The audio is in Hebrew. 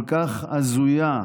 כל כך הזויה,